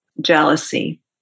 jealousy